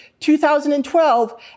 2012